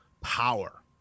power